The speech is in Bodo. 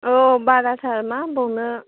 औ बाराथार मा होनबावनो